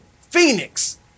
phoenix